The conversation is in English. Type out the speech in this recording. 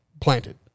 Planted